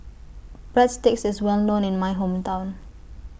Breadsticks IS Well known in My Hometown